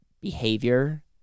behavior